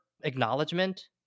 acknowledgement